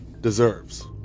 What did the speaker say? deserves